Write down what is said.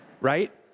right